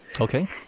Okay